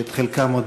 שאת חלקם עוד,